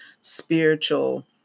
spiritual